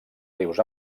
rius